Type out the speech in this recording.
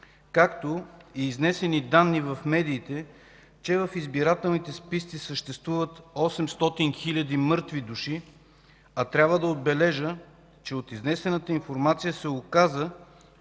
както и с изнесените данни в медиите, че в избирателните списъци съществуват 800 хил. „мъртви души” – трябва да отбележа, че от изнесената информация се оказа,